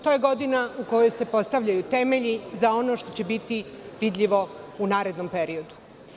To je godina u kojoj se postavljaju temelji za ono što će biti vidljivo u narednom periodu.